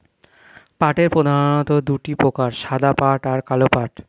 পাটের প্রধানত দুটি প্রকার সাদা পাট আর কালো পাট